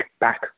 back